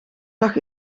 lag